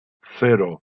cero